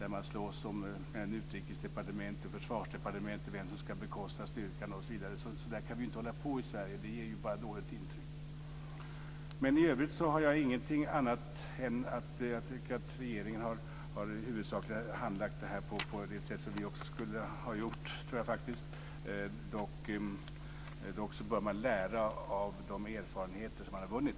Utrikesdepartementet och Försvarsdepartementet slåss om vem som ska bekosta styrkan osv. Så där kan vi ju inte hålla på i Sverige - det ger bara dåligt intryck! I övrigt har jag inget annat att säga än att jag tycker att regeringen huvudsakligen har handlagt detta på det sätt som jag tror att också vi skulle ha gjort. Dock bör man lära av de erfarenheter som man har vunnit.